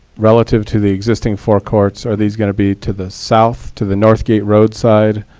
relative to the existing four courts, are these going to be to the south, to the north gate roadside,